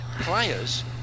players